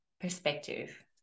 perspective